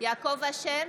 יעקב אשר,